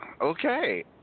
Okay